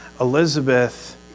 Elizabeth